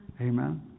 Amen